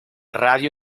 radio